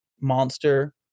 monster